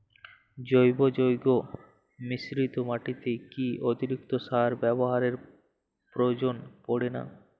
জৈব যৌগ মিশ্রিত মাটিতে কি অতিরিক্ত সার ব্যবহারের প্রয়োজন পড়ে না?